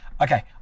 Okay